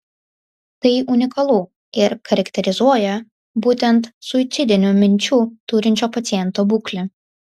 tai unikalu ir charakterizuoja būtent suicidinių minčių turinčio paciento būklę